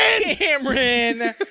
Cameron